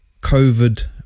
covid